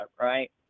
right